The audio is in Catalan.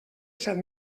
set